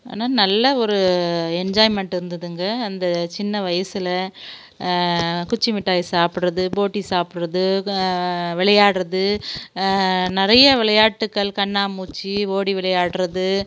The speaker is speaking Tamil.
ஆனால் நல்லா ஒரு என்ஜாய்மெண்ட்டு இருந்ததுங்க அந்த சின்ன வயசில் குச்சி மிட்டாய் சாப்பிட்றது போட்டி சாப்பிட்றது விளையாட்றது நிறைய விளையாட்டுக்கள் கண்ணாமூச்சி ஓடி விளையாடுறது